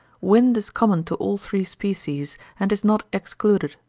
wind is common to all three species, and is not excluded,